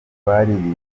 baririmbye